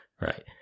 Right